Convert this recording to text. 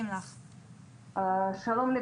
שלום.